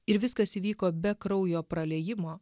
ir viskas įvyko be kraujo praliejimo